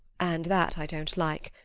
and that i don't like.